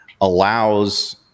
allows